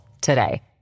today